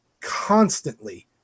constantly